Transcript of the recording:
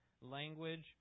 language